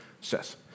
says